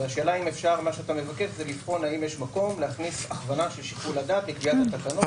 אתה מבקש לבחון אם יש מקום להכניס הכוונה של שיקול הדעת לקביעת התקנות.